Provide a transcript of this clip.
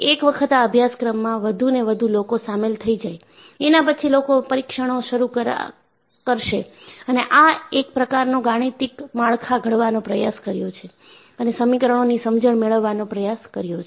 એક વખત આ અભ્યાસમાં વધુને વધુ લોકો સામેલ થઈ જાય એના પછી લોકો પરીક્ષણો શરુ કરાશે અને આ એક પ્રકારનો ગાણિતિક માળખા ઘડવાનો પ્રયાસ કર્યો છે અને સમીકરણોની સમજણ મેળવવાનો પ્રયાસ કર્યો છે